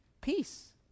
Peace